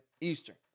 Eastern